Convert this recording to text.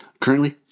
currently